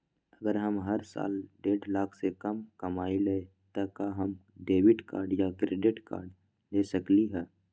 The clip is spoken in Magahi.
अगर हम हर साल डेढ़ लाख से कम कमावईले त का हम डेबिट कार्ड या क्रेडिट कार्ड ले सकली ह?